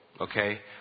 Okay